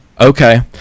okay